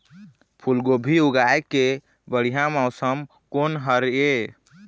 फूलगोभी उगाए के बढ़िया मौसम कोन हर ये?